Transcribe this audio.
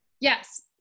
Yes